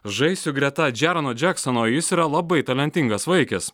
žaisiu greta džerono džeksono jis yra labai talentingas vaikis